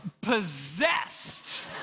possessed